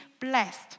blessed